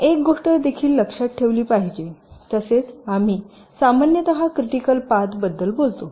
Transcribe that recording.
आपण एक गोष्ट देखील लक्षात ठेवली पाहिजे तसेच आम्ही सामान्यत क्रिटिकल पाथ बद्दल बोलतो